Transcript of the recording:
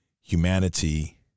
humanity